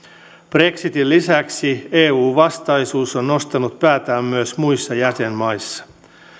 brexitin lisäksi eu vastaisuus on nostanut päätään myös muissa jäsenmaissa